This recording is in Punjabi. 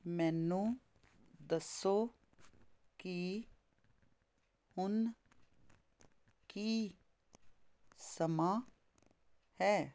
ਮੈਨੂੰ ਦੱਸੋ ਕਿ ਹੁਣ ਕੀ ਸਮਾਂ ਹੈ